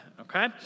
okay